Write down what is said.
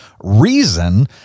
Reason